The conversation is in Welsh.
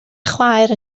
chwaer